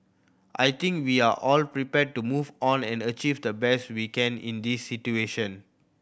I think we are all prepared to move on and achieve the best we can in this situation